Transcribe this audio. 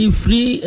free